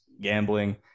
gambling